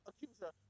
Accuser